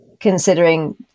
considering